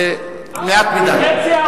זה לאט מדי.